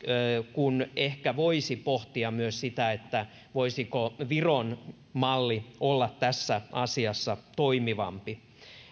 kun ehkä voisi pohtia myös sitä voisiko viron malli olla tässä asiassa toimivampi